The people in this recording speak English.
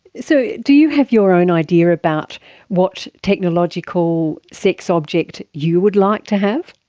so do you have your own idea about what technological sex object you would like to have?